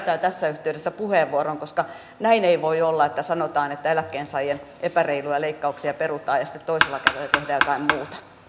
ja tässä yhteydessä puheenvuoron koska näin ei voi olla että sanotaan että eläkkeensaajien epäreiluja leikkauksia peru tai toisella ja